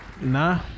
nah